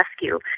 Rescue